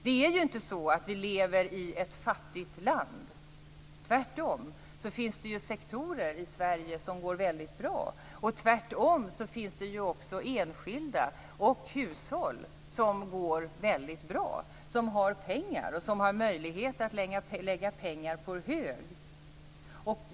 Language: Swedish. Vi lever ju inte i ett fattigt land, tvärtom. Det finns sektorer i Sverige som går väldigt bra. Det finns också enskilda och hushåll som har pengar och som har möjlighet att lägga pengar på hög.